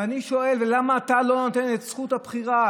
ואני שואל: למה אתה לא נותן את זכות הבחירה